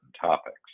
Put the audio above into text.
topics